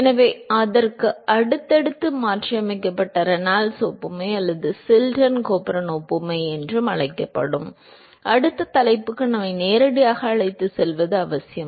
எனவே அதற்கு அடுத்ததாக மாற்றியமைக்கப்பட்ட ரெனால்ட்ஸ் ஒப்புமை அல்லது சில்டன் கோல்பர்ன் ஒப்புமை என்றும் அழைக்கப்படும் அடுத்த தலைப்புக்கு நம்மை நேரடியாக அழைத்துச் செல்வது அவசியம்